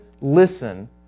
listen